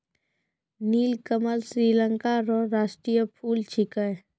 नीलकमल श्रीलंका रो राष्ट्रीय फूल छिकै